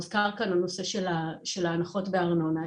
הוזכר כאן הנושא של ההנחות בארנונה,